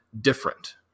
different